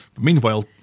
Meanwhile